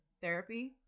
therapy